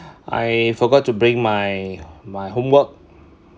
I forgot to bring my my homework